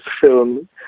film